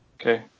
okay